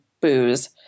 booze